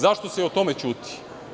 Zašto se i o tome ćuti?